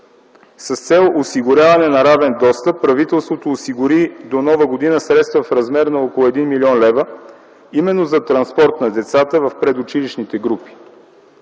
С цел осигуряване на равен достъп правителството осигури до Нова година средства в размер на около 1 млн. лв. именно за транспорт на децата в предучилищните групи.